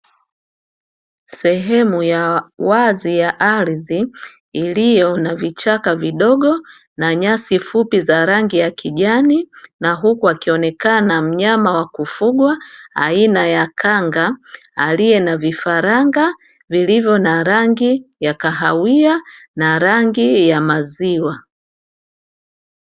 Sehemu ya wazi ya ardhi iliyo na vichaka vidogo na nyasi fupi za rangi ya kijani, na huko akionekana mnyama wa kufugwa aina ya kanga aliye na vifaranga vilivyo na rangi ya kahawia na rangi ya maziwa.